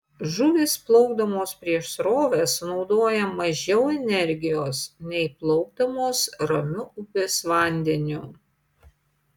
žuvys plaukdamos prieš srovę sunaudoja mažiau energijos nei plaukdamos ramiu upės vandeniu